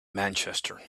manchester